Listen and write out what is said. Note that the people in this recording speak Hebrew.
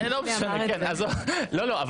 אני